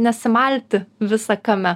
nesimalti visa kame